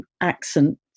accent